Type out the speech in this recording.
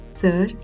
Sir